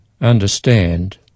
understand